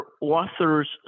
authors